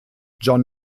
john